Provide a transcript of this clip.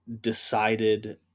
decided